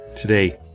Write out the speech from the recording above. Today